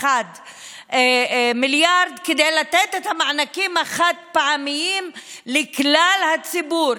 מיליארד כדי לתת את המענקים החד-פעמיים לכלל הציבור,